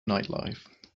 nightlife